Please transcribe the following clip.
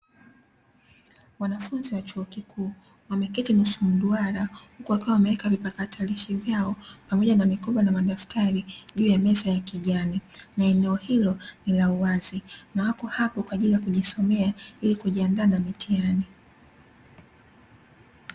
Wanfunzi wa chuo kikuu wakiketi nusu mduara, huku wakiwa wameweka vipakatalishi vyao, pamoja na mikoba na madaftari juu ya meza ya kijani, na eneo hilo ni la uwazi na wako hapo kwa ajili ya kujisomea ili kujiandaa na mtihani.